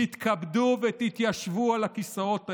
תתכבדו ותתיישבו על הכיסאות האלה.